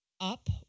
up